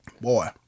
Boy